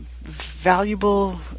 valuable